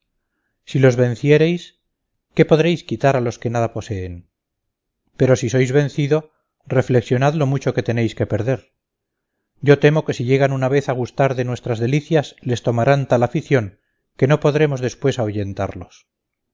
si los venciereis qué podréis quitar a los que nada poseen pero si sois vencido reflexionad lo mucho que tenéis que perder yo temo que si llegan una vez a gustar de nuestras delicias les tomarán tal afición que no podremos después